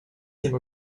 seem